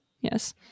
Yes